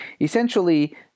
essentially